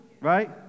right